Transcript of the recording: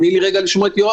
תני לי לשמוע את יואב.